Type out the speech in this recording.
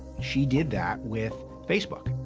she did that with facebook.